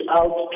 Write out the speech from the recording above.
out